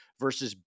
versus